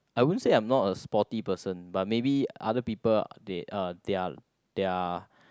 I wouldn't say I'm not a sporty person but maybe other people they uh they are they are